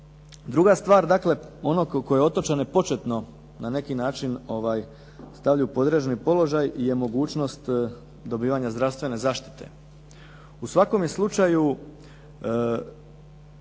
Druga stvar, dakle ono koje otočane početno na neki način stavlja u podređeni položaj je mogućnost dobivanja zdravstvene zaštite. U svakome slučaju,